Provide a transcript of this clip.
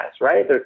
right